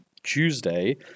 tuesday